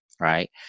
right